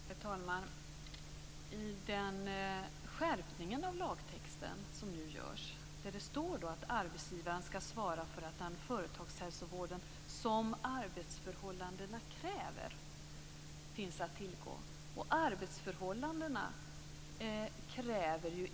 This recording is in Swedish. Herr talman! I den skärpning av lagtexten som nu föreslås står det att arbetsgivaren ska svara för att den företagshälsovård som arbetsförhållandena kräver finns att tillgå.